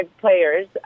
players